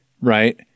right